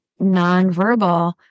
nonverbal